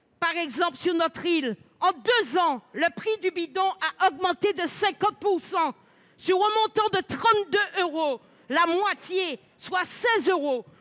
l'an dernier sur notre île. En deux ans, le prix du bidon a augmenté de 50 %! Sur un montant de 32 euros, la moitié, soit 16 euros,